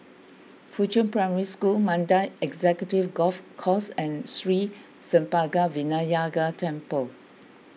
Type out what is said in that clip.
Fuchun Primary School Mandai Executive Golf Course and Sri Senpaga Vinayagar Temple